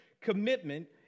commitment